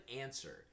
answer